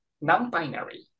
non-binary